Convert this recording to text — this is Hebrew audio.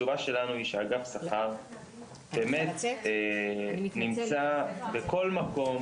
התשובה שלנו היא שאגף שכר נמצא בכל מקום